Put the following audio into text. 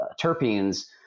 terpenes